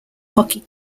hockey